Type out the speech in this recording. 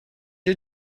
you